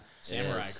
Samurai